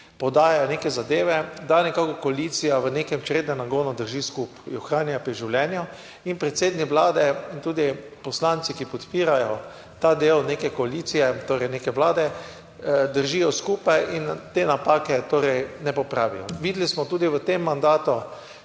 podajajo neke zadeve. da nekako koalicija v nekem črednem nagonu drži skupaj, jo ohranja pri življenju. In predsednik Vlade in tudi poslanci, ki podpirajo ta del neke koalicije, torej neke Vlade, držijo skupaj in te napake torej ne popravijo. Videli smo tudi v tem mandatu